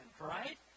right